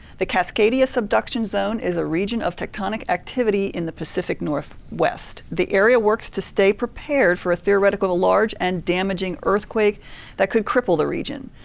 the cascadia subduction zone is a region of tectonic activity in the pacific north west. the area works to stay prepared for a theoretical large and damaging earthquake that could cripple the region.